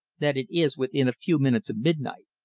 that it is within a few minutes of midnight.